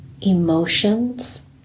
emotions